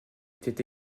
était